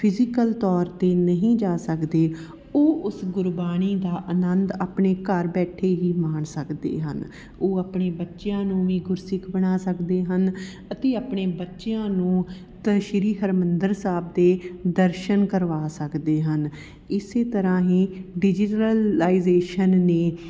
physical ਤੌਰ 'ਤੇ ਨਹੀਂ ਜਾ ਸਕਦੇ ਉਹ ਉਸ ਗੁਰਬਾਣੀ ਦਾ ਆਨੰਦ ਆਪਣੇ ਘਰ ਬੈਠੇ ਹੀ ਮਾਣ ਸਕਦੇ ਹਨ ਉਹ ਆਪਣੇ ਬੱਚਿਆਂ ਨੂੰ ਵੀ ਗੁਰਸਿੱਖ ਬਣਾ ਸਕਦੇ ਹਨ ਅਤੇ ਆਪਣੇ ਬੱਚਿਆਂ ਨੂੰ ਤ ਸ਼੍ਰੀ ਹਰਿਮੰਦਰ ਸਾਹਿਬ ਦੇ ਦਰਸ਼ਨ ਕਰਵਾ ਸਕਦੇ ਹਨ ਇਸ ਤਰ੍ਹਾਂ ਹੀ ਡਿਜੀਟਲਲਾਈਜੇਸ਼ਨ ਨੇ